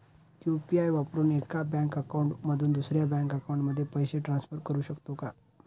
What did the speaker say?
UPI वापरून एका bank account मधून दुसऱ्या बँक अकाउंटमध्ये पैसे ट्रान्सफर करू शकतो का?